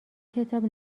کتاب